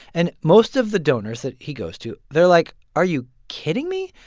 and most of the donors that he goes to, they're like, are you kidding me?